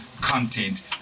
content